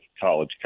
college